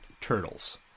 Turtles